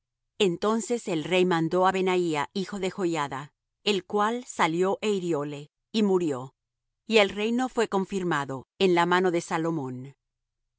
entonces el rey mandó á benaía hijo de joiada el cual salió é hirióle y murió y el reino fué confirmado en la mano de salomón